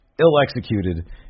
ill-executed